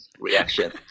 reaction